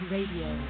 Radio